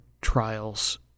trials